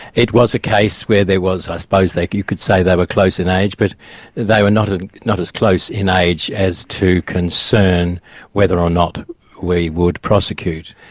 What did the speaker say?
it was a case where there was i suppose like you could say they were close in age, but they were not ah not as close in age as to concern whether or not we would prosecute.